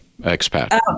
expat